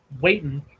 waiting